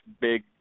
big